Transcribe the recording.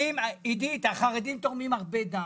עידית, החרדים תורמים הרבה דם.